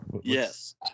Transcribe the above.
yes